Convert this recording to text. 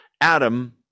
Adam